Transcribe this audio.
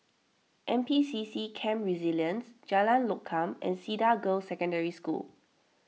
N P C C Camp Resilience Jalan Lokam and Cedar Girls' Secondary School